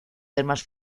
temas